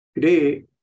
Today